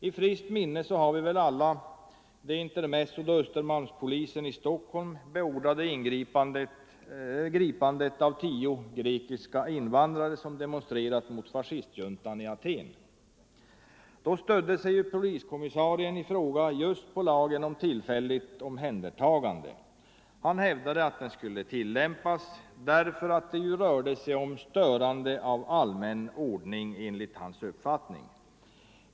I friskt minne har vi väl alla det intermezzo då Östermalmspolisen i Stockholm beordrade gripandet av tio grekiska invandrare som hade demonstrerat mot fascistjuntan i Atén. Då stödde sig poliskommissarien i fråga just på lagen om tillfälligt omhändertagande. Han hävdade att den skulle tilllämpas därför att det enligt hans uppfattning rörde sig om störande av allmän ordning.